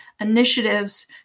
initiatives